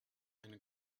and